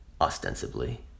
ostensibly